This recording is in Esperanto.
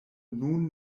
nun